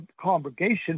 congregation